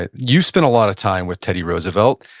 ah you spent a lot of time with teddy roosevelt.